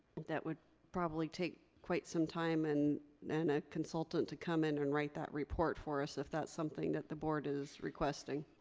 that would probably take quite some time and and a consultant to come in and write that report for us if that's something that the board is requesting.